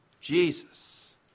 Jesus